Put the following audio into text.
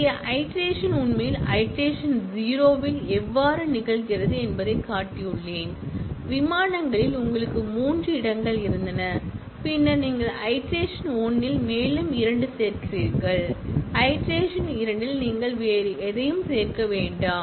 இங்கே ஐட்ரேஷன் உண்மையில் ஐட்ரேஷன் 0 இல் எவ்வாறு நிகழ்கிறது என்பதைக் காட்டியுள்ளேன் விமானங்களில் உங்களுக்கு மூன்று இடங்கள் இருந்தன பின்னர் நீங்கள் ஐட்ரேஷன் 1 இல் மேலும் இரண்டு சேர்க்கிறீர்கள் ஐட்ரேஷன் 2 இல் நீங்கள் வேறு எதையும் சேர்க்க வேண்டாம்